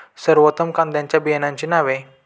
सर्वोत्तम कांद्यांच्या बियाण्यांची नावे?